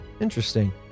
interesting